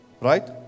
right